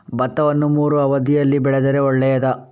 ಭತ್ತವನ್ನು ಮೂರೂ ಅವಧಿಯಲ್ಲಿ ಬೆಳೆದರೆ ಒಳ್ಳೆಯದಾ?